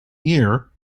year